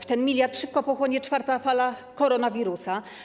Ten 1 mld szybko pochłonie czwarta fala koronawirusa.